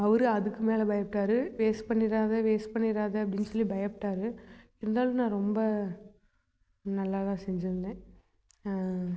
அவர் அதுக்கு மேலே பயப்பட்டாரு வேஸ்ட் பண்ணிடாத வேஸ்ட் பண்ணிடாத அப்படின்னு சொல்லி பயப்பட்டாரு இருந்தாலும் நான் ரொம்ப நல்லா தான் செஞ்சிருந்தேன்